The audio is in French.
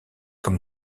comme